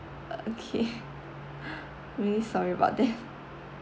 okay really sorry about it